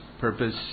purpose